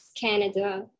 Canada